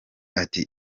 ati